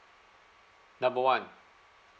number one